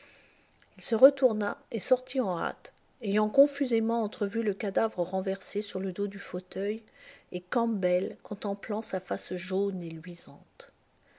il se retourna et sortit en hâte ayant confusément entrevu le cadavre renversé sur le dos du fauteuil et campbell contemplant sa face jaune et luisante